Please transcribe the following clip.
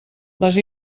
les